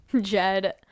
Jed